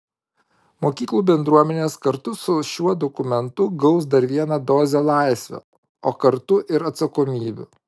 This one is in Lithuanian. mokyklų bendruomenės kartu su šiuo dokumentu gaus dar vieną dozę laisvių o kartu ir atsakomybių